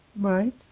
Right